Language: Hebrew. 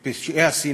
את פשעי השנאה,